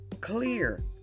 clear